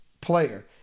player